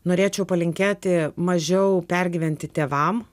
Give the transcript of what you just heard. norėčiau palinkėti mažiau pergyventi tėvam